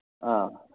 ꯑꯥ